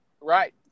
Right